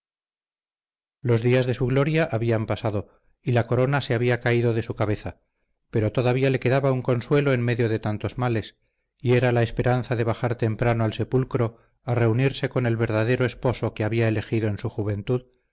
los días de su gloria habían pasado y la corona se había caído de su cabeza pero todavía le quedaba un consuelo en medio de tantos males y era la esperanza de bajar temprano al sepulcro a reunirse con el verdadero esposo que había elegido en su juventud